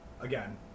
again